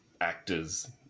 actors